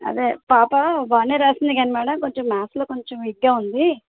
అదే పాప బాగా రాసింది కానీ మేడం కొంచెం మ్యాథ్స్లో కొంచెం వీక్గా ఉంది